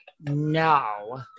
No